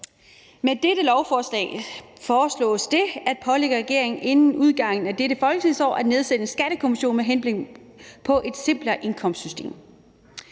Med dette beslutningsforslag foreslås det at pålægge regeringen inden udgangen af dette folketingsår at nedsætte en skattekommission med henblik på et simplere indkomstskattesystem.